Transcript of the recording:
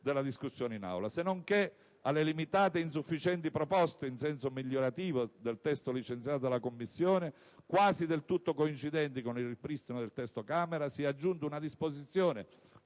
della discussione in Aula. Senonché, alle limitate e insufficienti proposte in senso migliorativo del testo licenziato dalla Commissione, quasi del tutto coincidenti con il ripristino del testo approvato in prima